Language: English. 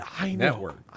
network